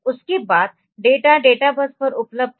उसके बाद data database पर उपलब्ध है